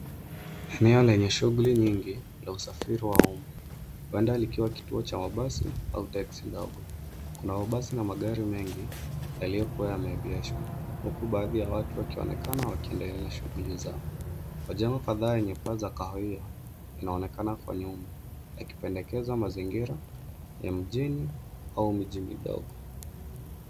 Eneo lenye shuguli nyingi la usafiri wa umma, huenda likiwa kituo cha mabasi au texi ndogo. Kuna mabasi na magari mengi yaliyokuwa yameegeshwa huku baadhi ya watu wakionekana wakiendelea na shuguli zao. Majengo kadhaa yenye paa za kahawia inaonekana kwa nyuma yakipendekeza mazingira ya mjini au miji midogo.